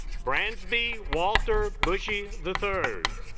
brands be walter bushy the third